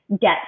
get